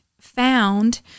found